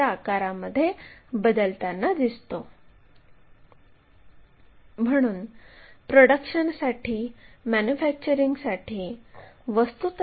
आता हा कोन मोजूया